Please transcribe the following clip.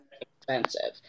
expensive